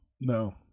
No